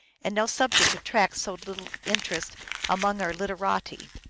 and no subject at tracts so little interest among our literati.